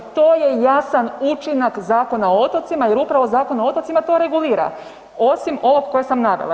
To je jasan učinak Zakona o otocima, jer upravo Zakon o otocima to regulira osim ovog kojeg sam navela.